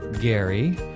Gary